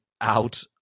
out